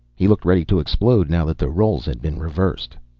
he looked ready to explode now that the roles had been reversed.